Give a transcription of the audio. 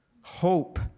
hope